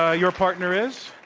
ah your partner is?